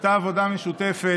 הייתה עבודה משותפת